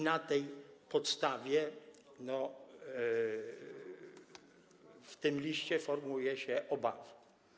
Na tej podstawie w tym liście formułuje się obawy.